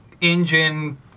engine